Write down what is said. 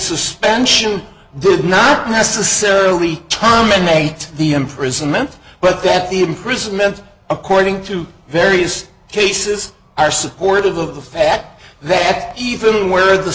suspension did not necessarily terminate the imprisonment but that the imprisonment according to various cases are supportive of the fact that even where the